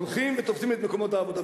הולכים ותופסים את מקומות העבודה.